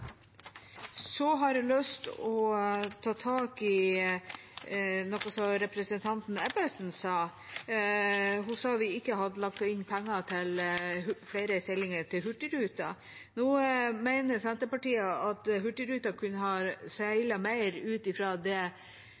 Så vil jeg ta tak i noe som representanten Ebbesen sa. Hun sa vi ikke hadde lagt inn penger til flere seilinger for Hurtigruten. Nå mener Senterpartiet at Hurtigruten kunne ha seilt mer